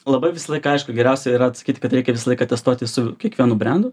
labai visą laiką aišku geriausia yra atsakyti kad reikia visą laiką testuoti su kiekvienu brendu